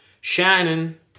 Shannon